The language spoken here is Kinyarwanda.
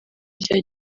rya